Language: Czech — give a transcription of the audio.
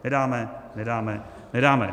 Nedáme, nedáme, nedáme.